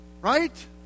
right